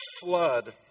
flood